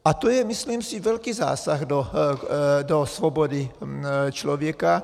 A to je, myslím si, velký zásah do svobody člověka.